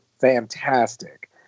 fantastic